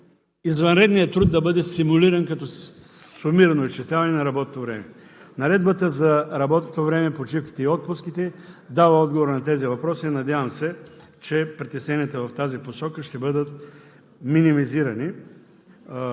извънредният труд да е симулиран като сумирано изчисляване на работното време. Наредбата за работното време, почивките и отпуските дава отговор на тези въпроси. Надявам се, че притесненията в тази посока ще бъдат минимизирани.